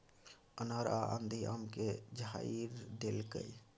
अन्हर आ आंधी आम के झाईर देलकैय?